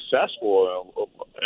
successful